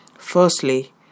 Firstly